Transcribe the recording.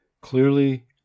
Clearly